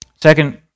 Second